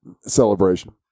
celebration